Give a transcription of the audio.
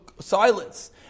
silence